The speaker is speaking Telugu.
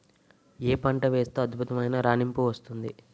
ఏ పంట వేస్తే అద్భుతమైన రాణింపు వస్తుంది?